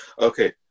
Okay